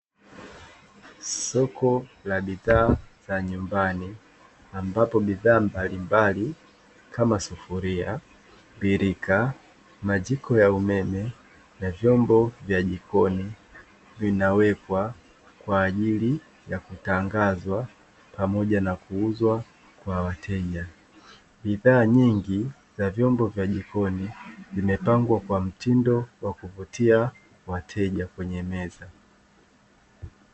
Soko la bidhaa za nyumbani ambapo bidhaa mbalimbali kama sufuria, birika, majiko ya umeme, na vyombo vya jikoni vinawekwa kwa ajili ya kutangazwa pamoja na kuuzwa kwa wateja. Bidhaa nyingi za vyombo vya jikoni zimepangwa kwa mtindo wa kuvutia wateja kwenye meza.